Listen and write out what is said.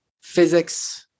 physics